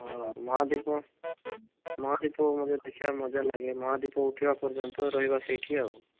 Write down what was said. ହଁ ମହାଦୀପ ମହାଦୀପ ଦେଖିବାକୁ ମଜାଲାଗେ ମହାଦୀପ ଉଠିବା ପର୍ଯ୍ୟନ୍ତ ରହିବା ସେଇଠି ଆଉ